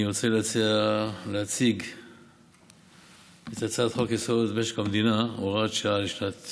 אני רוצה להציג את הצעת חוק-יסוד: משק המדינה (הוראת שעה